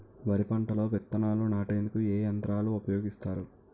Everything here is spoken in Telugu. వరి పంటలో విత్తనాలు నాటేందుకు ఏ యంత్రాలు ఉపయోగిస్తారు?